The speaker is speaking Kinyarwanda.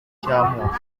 cy’amoko